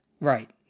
Right